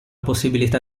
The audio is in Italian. possibilità